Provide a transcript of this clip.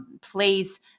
Please